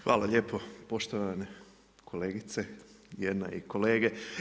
Hvala lijepo poštovane kolegice jedna i kolege.